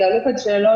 כי עלו כאן שאלות,